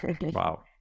Wow